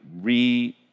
re-